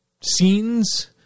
scenes